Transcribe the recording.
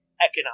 economic